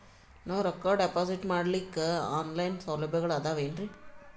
ನಾವು ರೊಕ್ಕನಾ ಡಿಪಾಜಿಟ್ ಮಾಡ್ಲಿಕ್ಕ ಆನ್ ಲೈನ್ ಸೌಲಭ್ಯಗಳು ಆದಾವೇನ್ರಿ?